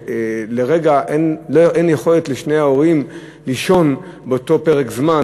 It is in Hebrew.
למשל שלרגע אין יכולת לשני ההורים לישון באותו פרק זמן,